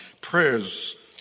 prayers